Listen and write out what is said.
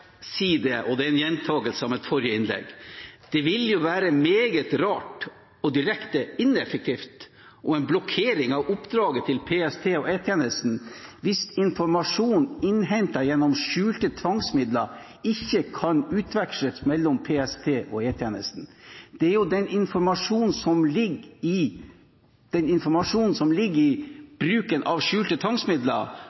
det er en gjentakelse av mitt forrige innlegg – at det vil være meget rart og direkte ineffektivt og en blokkering av oppdraget til PST og E-tjenesten hvis informasjon innhentet gjennom skjulte tvangsmidler ikke kan utveksles mellom PST og E-tjenesten. Det er jo den informasjonen som ligger i bruken av skjulte tvangsmidler, som